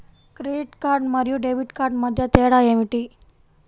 Credit card మరియు debit card మధ్య తేడా ఏమిటి?